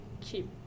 keep